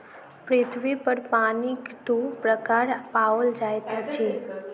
पृथ्वी पर पानिक दू प्रकार पाओल जाइत अछि